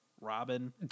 Robin